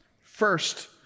First